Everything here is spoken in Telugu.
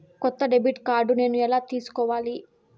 కొత్త డెబిట్ కార్డ్ నేను ఎలా తీసుకోవాలి?